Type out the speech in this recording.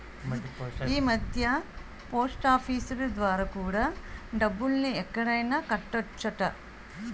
ఈమధ్య పోస్టాఫీసులు ద్వారా కూడా డబ్బుల్ని ఎక్కడైనా కట్టొచ్చట